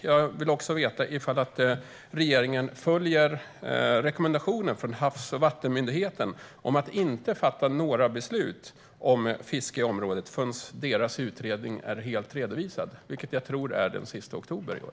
Jag vill också veta om regeringen följer rekommendationen från Havs och vattenmyndigheten att inte fatta några beslut om fiske i området förrän deras utredning är helt redovisad, vilket jag tror är den sista oktober i år.